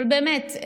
באמת,